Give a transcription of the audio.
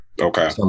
Okay